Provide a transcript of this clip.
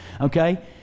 Okay